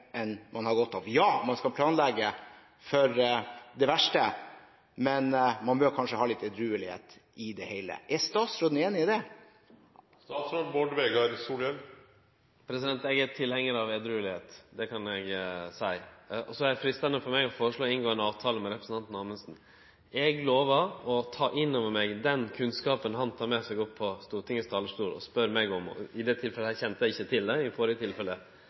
enn man har godt av. Ja, man skal planlegge for det verste, men man bør kanskje ha litt edruelighet i det hele. Er statsråden enig i det? Eg er tilhengar av edruelegheit, det kan eg seie. Så er det freistande for meg å føreslå å inngå ein avtale med representanten Amundsen. Eg lovar å ta inn over meg den kunnskapen han tek med seg opp på Stortingets talarstol og spør meg om – i dette tilfellet kjende eg ikkje til